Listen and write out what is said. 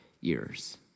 years